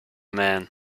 man